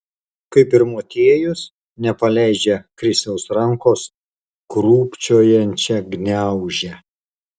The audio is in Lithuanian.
kaip ir motiejus nepaleidžia krisiaus rankos krūpčiojančią gniaužia